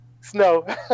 snow